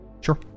Sure